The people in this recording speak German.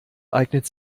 eignet